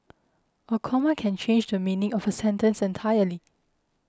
a comma can change the meaning of a sentence entirely